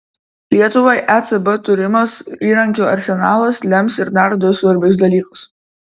lietuvai ecb turimas įrankių arsenalas lems ir dar du svarbius dalykus